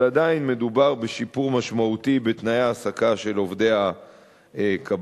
אבל עדיין מדובר בשיפור משמעותי בתנאי ההעסקה של עובדי הקבלן,